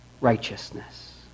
righteousness